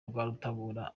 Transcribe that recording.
rwarutabura